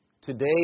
Today